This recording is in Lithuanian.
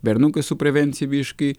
berniukas su prevencija biški